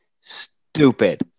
Stupid